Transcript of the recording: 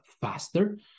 faster